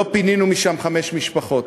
לא פינינו משם חמש משפחות.